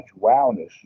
wowness